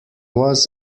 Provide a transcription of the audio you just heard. was